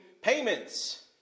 payments